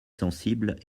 sensible